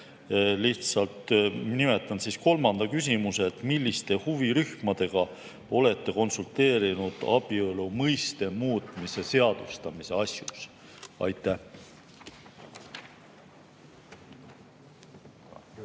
Lihtsalt nimetan kolmanda küsimuse: milliste huvirühmadega olete konsulteerinud abielu mõiste muutmise seadustamise asjus? Aitäh!